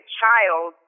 child